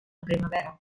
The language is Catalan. primavera